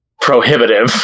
prohibitive